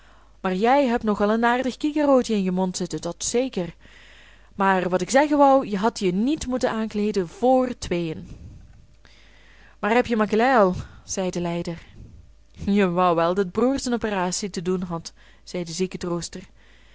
maar jij hebt nog al een aardig cicero'tje in je mond zitten dat's zeker maar wat ik zeggen wou je hadt je niet moeten aankleeden vr tweeën maar hebje macquelin al zei de lijder je wou wel dat broers een operatie te doen had zei de